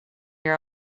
your